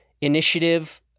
initiative